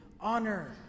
honor